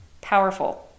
Powerful